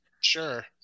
Sure